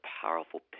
powerful